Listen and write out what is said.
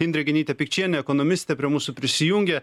indrė genytė pikčienė ekonomistė prie mūsų prisijungė